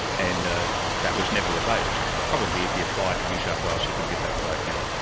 and ah that was never revoked. probably if he applied to new south wales he could get that revoked now.